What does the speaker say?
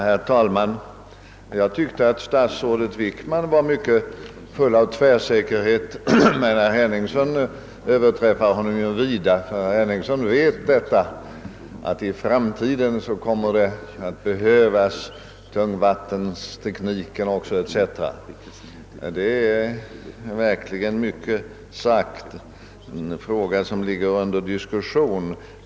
Herr talman! Jag tyckte att statsrådet Wickman var mycket tvärsäker, men herr Henningsson överträffade honom vida; han vet att i framtiden kommer det att behövas tungvattensteknik etc. Det är verkligen mycket sagt i en fråga som diskuteras.